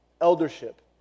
eldership